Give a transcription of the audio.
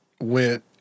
went